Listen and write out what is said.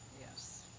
Yes